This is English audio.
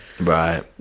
right